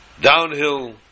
downhill